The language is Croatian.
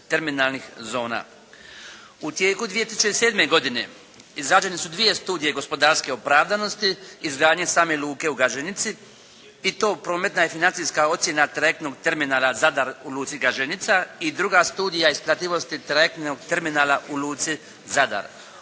U tijeku 2007. godine izrađene su dvije studije gospodarske opravdanosti izgradnje same luke u Gaženici i to prometna i financijska ocjena trajektnog terminala "Zadar" u luci Gaženica. I druga studija isplativosti trajektnog terminala u luci "Zadar".